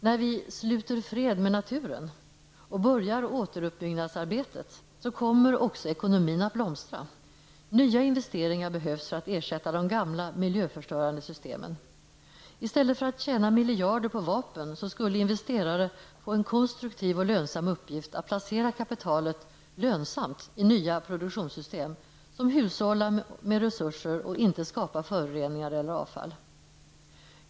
När vi sluter fred med naturen och börjar återuppbyggnadsarbetet, kommer också ekonomin att blomstra. Nya investeringar behövs för att ersätta de gamla, miljöförstörande systemen. I stället för att tjäna miljarder på vapen, skulle investerare få en konstruktiv och lönsam uppgift att placera kapitalet i nya produktionssystem, som hushållar med resurser och inte skapar föroreningar eller avfall.